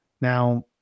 Now